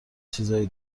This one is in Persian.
چیزای